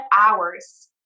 hours